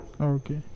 Okay